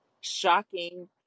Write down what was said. shocking